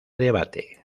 debate